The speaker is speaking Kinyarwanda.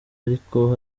ariko